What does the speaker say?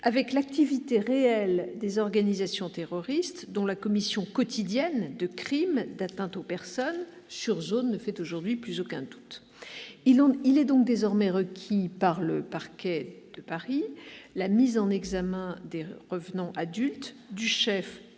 avec l'activité réelle des organisations terroristes dont la commission quotidienne de crimes d'atteinte aux personnes sur zone ne fait plus aucun doute. Il est donc désormais requis par le parquet de Paris la mise en examen des « revenants » adultes du chef